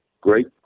great